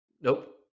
Nope